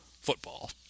football